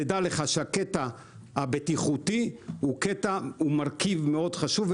תדע לך שהקטע הבטיחותי הוא מרכיב מאוד חשוב.